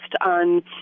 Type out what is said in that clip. on